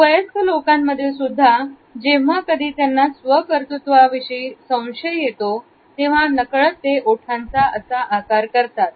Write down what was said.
वयस्क लोकांमध्ये सुद्धा जेव्हा कधी त्यांना स्वकर्तृत्वाविषयी संशय येतो तेव्हा नकळत ते ओठांचा असा आकार करतात